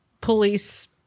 police